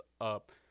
up